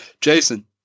Jason